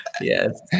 Yes